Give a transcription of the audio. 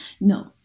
No